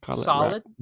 Solid